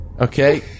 Okay